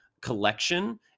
collection